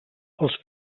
els